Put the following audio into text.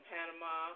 Panama